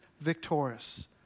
victorious